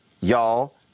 Y'all